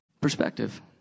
perspective